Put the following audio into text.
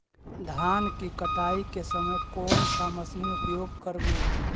धान की कटाई के समय कोन सा मशीन उपयोग करबू?